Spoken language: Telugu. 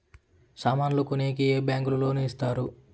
సామాన్లు కొనేకి ఏ బ్యాంకులు లోను ఇస్తారు?